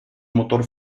motor